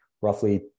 roughly